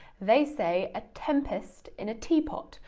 they say a tempest in a teapot,